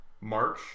March